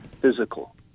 physical